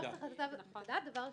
דבר שני,